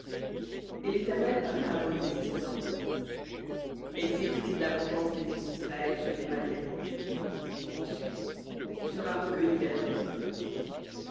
et l'éternel parla à moïse disant exécute la vengeance des fils d'israël sur les madianites ensuite tu seras recueilli vers tes peuples